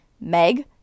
Meg